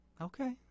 Okay